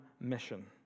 mission